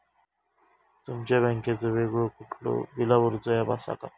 तुमच्या बँकेचो वेगळो कुठलो बिला भरूचो ऍप असा काय?